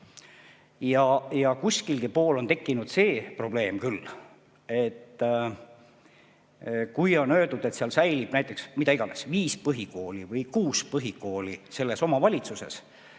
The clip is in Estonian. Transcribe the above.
Kuskil pool on tekkinud see probleem küll, et kui on öeldud, et säilib näiteks, mida iganes, viis põhikooli või kuus põhikooli selles omavalitsuses,